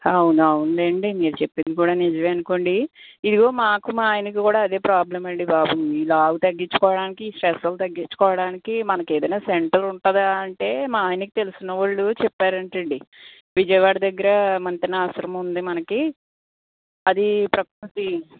అవును అవునులేండి మీరు చెప్పింది కూడా నిజమే అనుకోండి ఇదిగో మాకు మా ఆయనకి కూడా అదే ప్రాబ్లెమ్ అండీ బాబు ఈ లావు తగ్గించుకోవడానికి ఈ స్ట్రెస్లు తగ్గించుకోవడానికి మనకి ఏదైనా సెంటర్ ఉంటుందా అంటే మా ఆయనకి తెలిసినవాళ్ళు చెప్పారట అండి విజయవాడ దగ్గర మంతెన ఆశ్రమం ఉంది మనకి అది ప్రకృతి